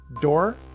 door